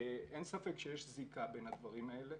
אין ספק שיש זיקה בין הדברים האלה,